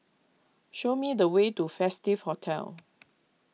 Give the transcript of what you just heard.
show me the way to Festive Hotel